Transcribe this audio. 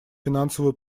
финансовую